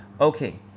Okay